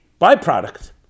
byproduct